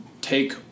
take